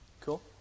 Cool